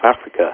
Africa